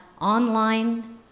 online